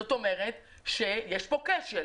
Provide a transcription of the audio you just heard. זאת אומרת שיש פה כשל,